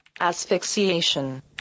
asphyxiation